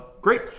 Great